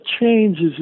changes